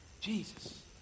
Jesus